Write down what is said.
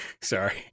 Sorry